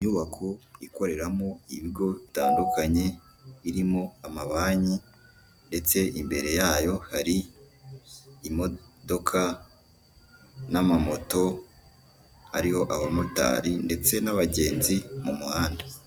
Inyubako ikoreramo ibigo bitandukanye, irimo amabanki, ndetse imbere yayo hari imodoka n'amamoto ariho abamotari, ndetse n'abagenzi mu muhanda.